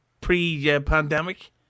pre-pandemic